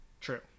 True